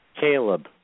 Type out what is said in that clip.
Caleb